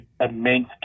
immense